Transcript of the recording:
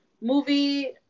movie